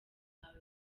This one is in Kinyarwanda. bwawe